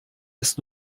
ist